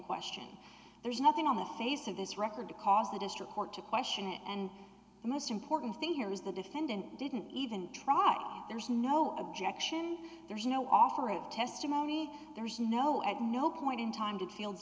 question there's nothing on the face of this record to cause the district court to question and the most important thing here is the defendant didn't even try there's no objection there's no offer of testimony there's no at no point in time to the fields